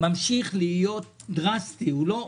והם נמצאים בבניינים חדשים ומקבלים מבנים שצריך לשפץ אותם ולהיכנס